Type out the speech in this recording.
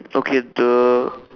okay the